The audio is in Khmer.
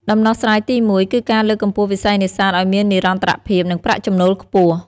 ដំណោះស្រាយទីមួយ គឺការលើកកម្ពស់វិស័យនេសាទឲ្យមាននិរន្តរភាព និងប្រាក់ចំណូលខ្ពស់។